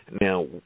Now